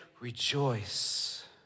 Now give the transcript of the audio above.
rejoice